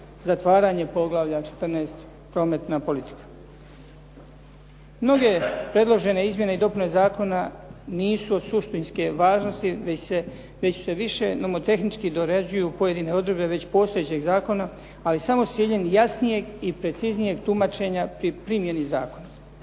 zatvaranje poglavlja 14.-Prometna politika. Mnoge predložene izmjene i dopune zakona nisu od suštinske važnosti, već se više nomotehnički doređuju pojedine odredbe već postojećeg zakona, ali samo s ciljem jasnijeg i preciznijeg tumačenja u primjeni zakona.